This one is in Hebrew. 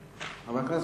היושב-ראש,